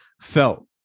felt